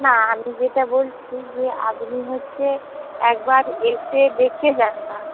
না আমি যেটা বলছি যে আপনি হচ্ছে একবার এসে দেখে যান না